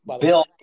Bill